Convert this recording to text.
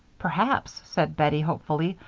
perhaps, said bettie, hopefully,